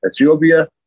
Ethiopia